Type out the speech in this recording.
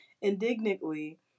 Indignantly